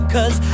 Cause